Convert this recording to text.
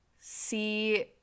see